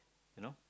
you know